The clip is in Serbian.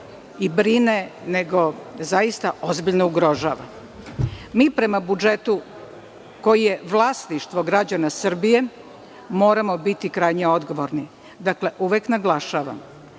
i brine i zaista ozbiljno ugrožava. Mi prema budžetu koji je vlasništvo građana Srbije moramo biti krajnje odgovorni. Dakle, uvek naglašavam,